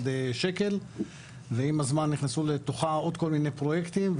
שקל ועם הזמן נכנסו לתוכה עוד כל מיני פרויקטים.